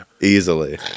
easily